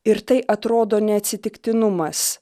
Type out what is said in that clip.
ir tai atrodo ne atsitiktinumas